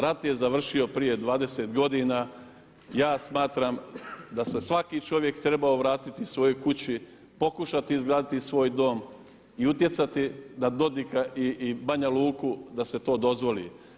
Rat je završio prije 20 godina, ja smatram da se svaki čovjek trebao vratiti svojoj kući, pokušati izgraditi svoj dom i utjecati na Dodika i na Banja Luku da se to dozvoli.